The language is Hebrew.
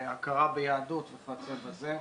הכרה ביהדות וכיוצא בזה.